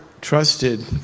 trusted